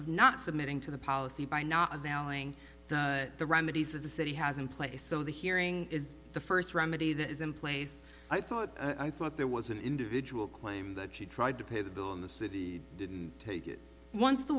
of not submitting to the policy by not availing the remedies of the city has in place so the hearing is the first remedy that is in place i thought i thought there was an individual claim that she tried to pay the bill in the city didn't take it once the